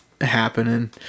happening